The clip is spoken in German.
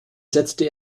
setzte